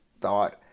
thought